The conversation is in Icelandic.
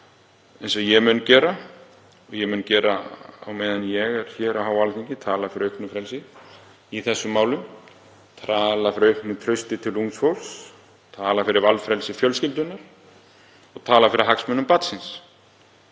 eins og ég mun gera á meðan ég er hér á Alþingi. Ég mun tala fyrir auknu frelsi í þessum málum, tala fyrir auknu trausti til ungs fólks, tala fyrir valfrelsi fjölskyldunnar og tala fyrir hagsmunum barnsins.